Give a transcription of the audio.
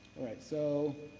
all right. so,